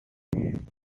maintenance